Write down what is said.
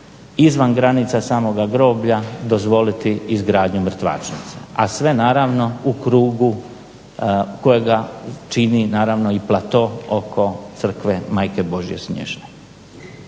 izvan granica samoga groblja dozvoliti izgradnju mrtvačnice. A sve naravno u krugu kojega čini naravno i plato oko crkve Majke Božje snježne.